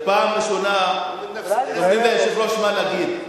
זו פעם ראשונה שאומרים ליושב-ראש מה להגיד.